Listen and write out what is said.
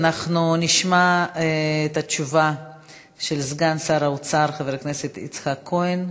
אנחנו נשמע את התשובה של סגן שר האוצר חבר הכנסת יצחק כהן.